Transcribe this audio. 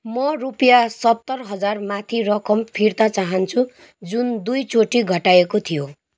म रूपियाँ सत्तर हजार माथि रकम फिर्ता चाहन्छु जुन दुईचोटि घटाइएको थियो